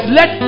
Let